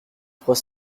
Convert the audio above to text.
trois